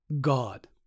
God